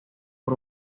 por